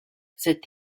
cet